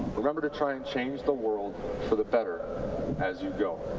remember to try and change the world for the better as you go.